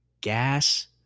Gas